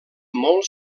molt